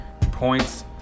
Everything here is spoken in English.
points